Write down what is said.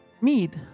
Mead